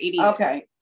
Okay